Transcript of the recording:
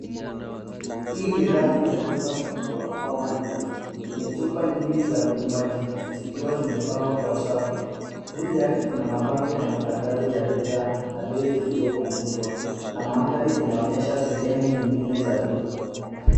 Hii ni rafu ya duka kubwa au maduka, yenye chupa nyingi za vinywaji, zikiwa zimepangwa kwa safu. Juu yake, kuna mabango ya matangazo ya bidhaa, na bei zilizopunguzwa, na mandhari inaonyesha sehemu nyingine za duka.